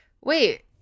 Wait